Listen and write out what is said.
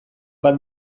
bat